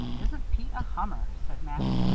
isn't pete a hummer? said max.